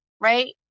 right